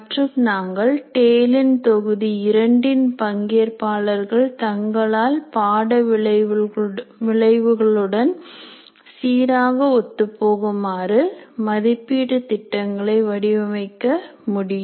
மற்றும் நாங்கள் டேலின் தொகுதி இரண்டின் பங்கேற்பாளர்கள் தங்களால் பாட விளைவுகளுடன் சீராக ஒத்துப் போகுமாறு மதிப்பீடு திட்டங்களை வடிவமைக்க முடியும்